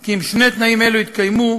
כי אם שני תנאים אלו יתקיימו,